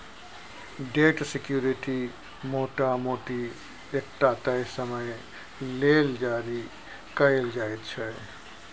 date security मोटा मोटी एकटा तय समय लेल जारी कएल जाइत छै